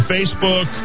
Facebook